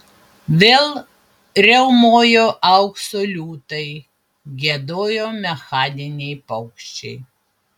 vėl riaumojo aukso liūtai giedojo mechaniniai paukščiai